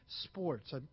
sports